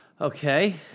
Okay